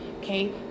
okay